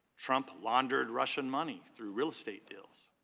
trump laundered russian money through real estate deals.